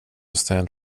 stand